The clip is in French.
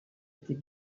était